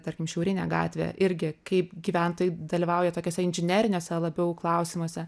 tarkim šiaurinė gatvė irgi kaip gyventojai dalyvauja tokiuose inžineriniuose labiau klausimuose